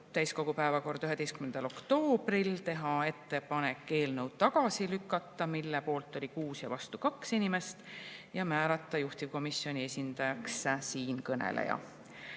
täiskogu päevakorda 11. oktoobril, teha ettepanek eelnõu tagasi lükata – poolt oli 6 ja vastu 2 inimest – ja määrata juhtivkomisjoni esindajaks siinkõneleja.